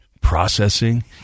Processing